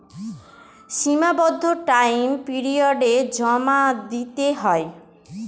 সীমাবদ্ধ টাইম পিরিয়ডে জমা দিতে হয়